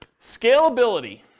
Scalability